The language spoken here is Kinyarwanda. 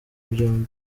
byombi